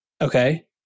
okay